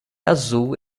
azul